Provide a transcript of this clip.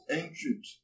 ancient